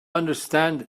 understand